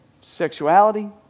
sexuality